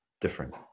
different